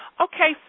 Okay